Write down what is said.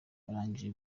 barangije